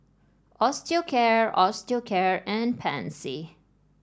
Osteocare Osteocare and Pansy